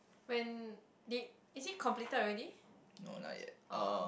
when did is it completed already oh